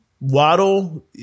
Waddle